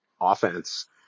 offense